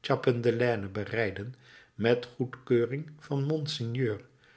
chappedelaine bereidden met goedkeuring van monsieur